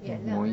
ya lah